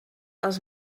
els